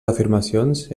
afirmacions